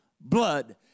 blood